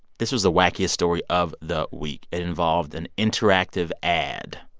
this was the wackiest story of the week. it involved an interactive ad